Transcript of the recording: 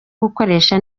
gukoresha